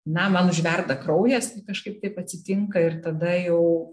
na man užverda kraujas kai kažkaip taip atsitinka ir tada jau